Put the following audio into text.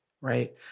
right